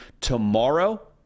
tomorrow